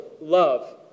love